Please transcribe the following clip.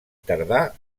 tardà